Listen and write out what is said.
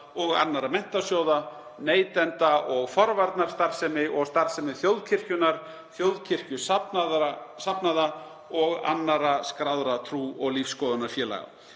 og annarra menntasjóða, neytenda- og forvarnastarfsemi og starfsemi þjóðkirkjunnar, þjóðkirkjusafnaða og annarra skráðra trú- og lífsskoðunarfélaga.